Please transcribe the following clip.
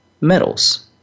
metals